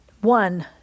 one